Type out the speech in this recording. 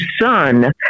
son